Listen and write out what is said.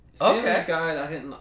Okay